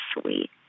sweet